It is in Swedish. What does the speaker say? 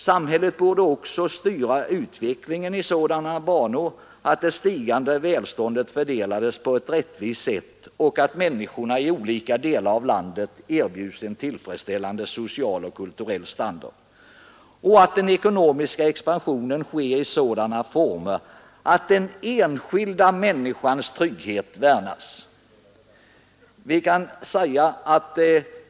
Samhället borde också styra utvecklingen i sådana banor att det stigande välståndet fördelades på ett rättvist sätt och så att människorna i olika delar av landet erbjöds en tillfredsställande social och kulturell standard. Den ekonomiska expansionen skulle ske i sådana former att den enskilda människans trygghet värnades.